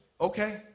okay